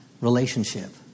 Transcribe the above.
relationship